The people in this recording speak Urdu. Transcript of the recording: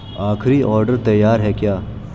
آخری آڈر تیار ہے کیا